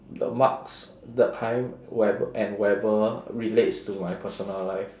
the marx durkheim we~ and weber relates to my personal life